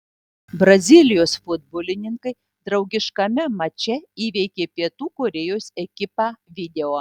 brazilijos futbolininkai draugiškame mače įveikė pietų korėjos ekipą video